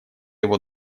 его